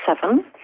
seven